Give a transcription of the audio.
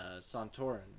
Santorin